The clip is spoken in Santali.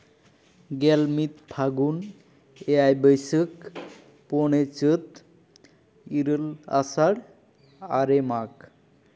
ᱜᱮᱞ ᱢᱤᱫ ᱯᱷᱟᱹᱜᱩᱱ ᱮᱭᱟᱭ ᱵᱟᱹᱭᱥᱟᱹᱠᱷ ᱯᱳᱱᱮ ᱪᱟᱹᱛ ᱤᱨᱟᱹᱞ ᱟᱥᱟᱲ ᱟᱨᱮ ᱢᱟᱜᱽ